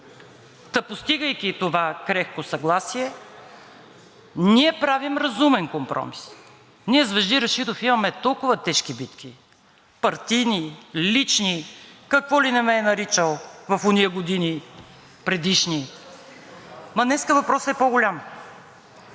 Та, постигайки това крехко съгласие, ние правим разумен компромис. Ние с Вежди Рашидов имаме толкова тежки битки – партийни, лични, какво ли не ме е наричал в онези години, предишни, но днес въпросът е по-голям